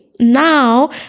Now